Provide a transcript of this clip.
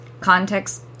context